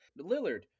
Lillard